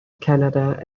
canada